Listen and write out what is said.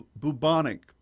bubonic